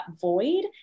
void